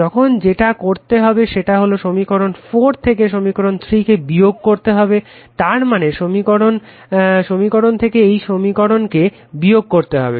এখন যেটা করতে হবে সেটা হলো সমীকরণ 4 থেকে সমীকরণ 3 কে বিয়োগ করতে হবে তার মানে এই সমীকরণ থেকে এই সমীকরণকে বিয়োগ যদি করা হয়